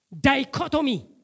dichotomy